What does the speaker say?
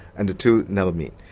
and the two never meet.